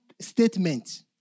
statement